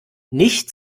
nicht